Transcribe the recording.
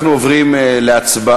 אנחנו עוברים להצבעה